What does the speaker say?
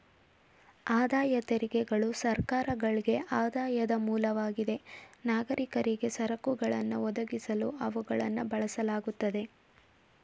ಆದಾಯ ತೆರಿಗೆಗಳು ಸರ್ಕಾರಗಳ್ಗೆ ಆದಾಯದ ಮೂಲವಾಗಿದೆ ನಾಗರಿಕರಿಗೆ ಸರಕುಗಳನ್ನ ಒದಗಿಸಲು ಅವುಗಳನ್ನ ಬಳಸಲಾಗುತ್ತೆ